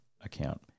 account